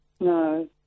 No